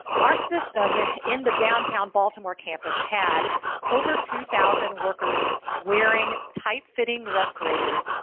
our system in the downtown baltimore campus had over two thousand workers wearing tight fitting respirators,